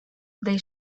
they